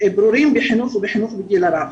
ברורים בחינוך ובחינוך לגיל הרך.